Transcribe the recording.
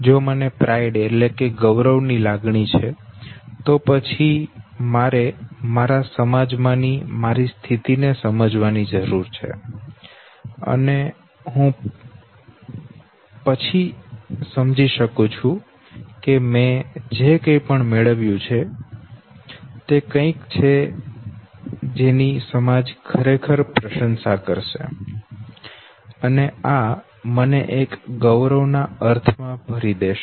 જો મને ગૌરવ ની લાગણી છે તો પછી મારે મારા સમાજમાંની મારી સ્થિતિ ને સમજવાની જરૂર છે અને પછી હું સમજી શકું છું કે મેં જે કંઈ પણ મેળવ્યું છે તે કંઈક છે જેની સમાજ ખરેખર પ્રશંસા કરશે અને આ મને એક ગૌરવ ના અર્થમાં ભરી દેશે